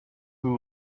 who